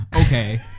okay